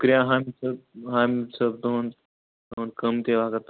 شُکریہ حامِد صٲب حامِد صٲب تُہُنٛد تُہُنٛد قۭمتی وقت